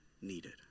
needed